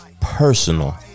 personal